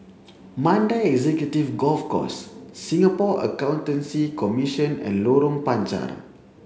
Mandai Executive Golf Course Singapore Accountancy Commission and Lorong Panchar